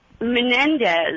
Menendez